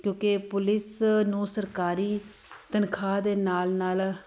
ਕਿਉਂਕਿ ਪੁਲਿਸ ਨੂੰ ਸਰਕਾਰੀ ਤਨਖਾਹ ਦੇ ਨਾਲ ਨਾਲ